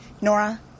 Nora